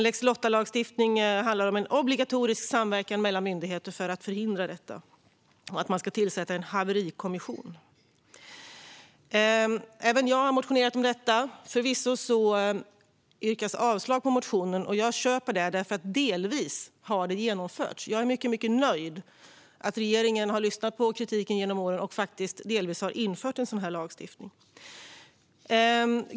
Lex Lotta handlar om en obligatorisk samverkan mellan myndigheter för att förhindra detta och om att man ska tillsätta en haverikommission. Även jag har alltså motionerat om detta. Förvisso yrkas avslag på motionen, och jag köper det eftersom detta delvis har genomförts. Jag är mycket nöjd med att regeringen har lyssnat på kritiken genom åren och faktiskt delvis har infört en sådan här lagstiftning.